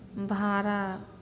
भाड़ा